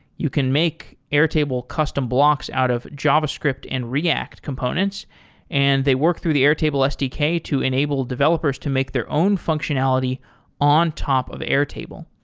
you can make airtable custom blocks out of javascript and react components and they work through the airtable sdk to enable developers to make their own functionality on top of airtable.